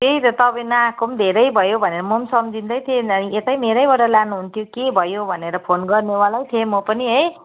त्यही त तपाईँ नआएको पनि धेरै भयो भनेर म पनि सम्झँदै थिएँ यही त मेरैबाट लानुहुन्थ्यो के भयो भनेर फोन गर्ने वालै थिएँ म पनि है